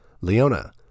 Leona